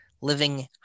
living